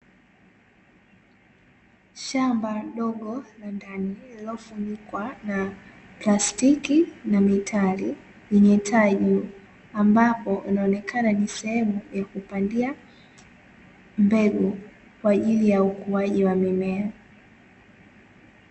Shamba dogo la ndani lililofunikwa na plastiki na mitari yenye taa juu, ambapo inaonekana ni sehemu ya kupandia mbegu kwa ajili ya ukuaji wa mimea.